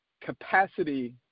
capacity